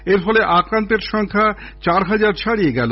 এর ফলে আক্রান্তের সংখ্যা চার হাজার ছাড়িয়ে গেল